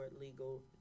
legal